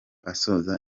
asoza